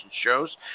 shows